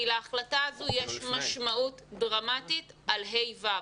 כי להחלטה הזו יש משמעות דרמטית על כיתות ה'-ו'.